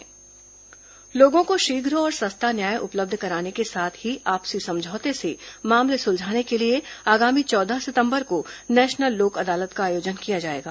national Lok Adalat लोगों को शीघ्र और सस्ता न्याय उपलब्ध कराने के साथ ही आपसी समझौते से मामले सुलझाने के लिए आगामी चौदह सिंतबर को नेशनल लोक अदालत का आयोजन किया जाएगा